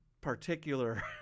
particular